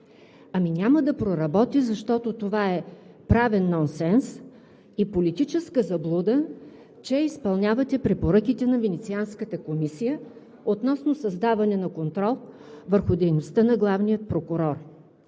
Ами няма да проработи, защото това е правен нонсенс и политическа заблуда, че изпълнявате препоръките на Венецианската комисия относно създаване на контрол върху дейността на главния прокурор.